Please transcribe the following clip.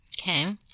Okay